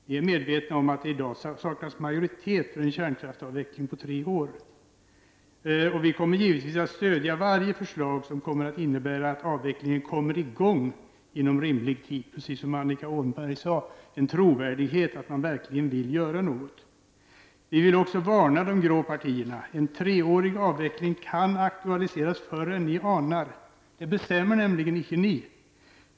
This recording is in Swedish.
Vi är medvetna om att det i dag saknas majoritet för en kärnkraftsavveckling på tre år, och vi kommer givetvis att stödja varje förslag som innebär att avvecklingen kommer i gång inom rimlig tid, precis som Annika Åhnberg sade. Det är en trovärdighet att man verkligen vill göra något. Vi vill dock varna de grå partierna. En treårig avveckling kan aktualiseras förr än ni anar, det bestämmer inte ni.